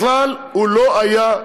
בכלל הוא לא היה,